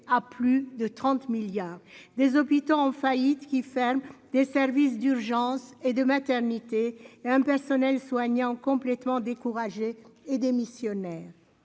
à plus de 30 milliards des hôpitaux en faillite qui ferme des services d'urgence et de maternité et un personnel soignant complètement découragés et démissionnaire,